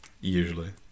Usually